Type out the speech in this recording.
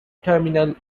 terminal